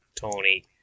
Tony